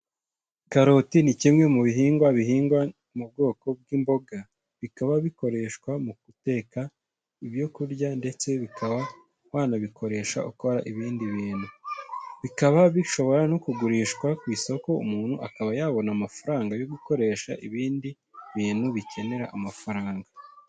Karoti ni kimwe mu bihingwa bihingwa mu bwoko bw'imboga bikaba bikoreshwa mu guteka ibyo kurya ndetse bikaba wanabikoresha ukora ibindi bintu, bikaba bishobora no kugurishwa ku isoko umuntu akaba yabona amafaranga yo gukoresha ibindi bintu bikenera amafaranga.